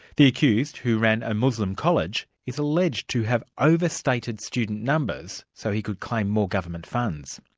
the accused, who ran a muslim college, is alleged to have overstated student numbers so he could claim more government funds.